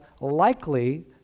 likely